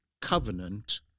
covenant